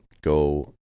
go